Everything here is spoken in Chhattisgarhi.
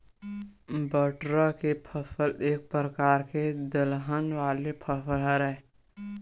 बटरा के फसल एक परकार के दलहन वाले फसल हरय